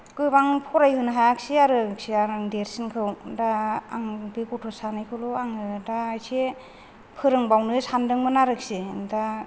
गोबां फरायहोनो हायाखिसै आरोखि आं देरसिनखौ दा आं बे गथ' सानैखौल' आङो दा इसे फोरोंबावनो सानदोंमोन आरोखि दा